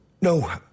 No